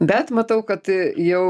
bet matau kad jau